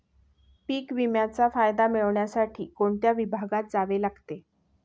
पीक विम्याचा फायदा मिळविण्यासाठी कोणत्या विभागात जावे लागते?